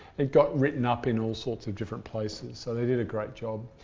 it got written up in all sorts of different places. so they did a great job,